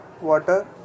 water